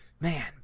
Man